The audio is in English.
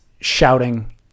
shouting